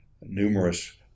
numerous